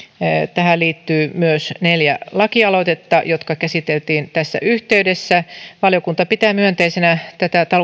tähän liittyy myös neljä lakialoitetta jotka käsiteltiin tässä yhteydessä valiokunta pitää myönteisenä